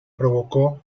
provocó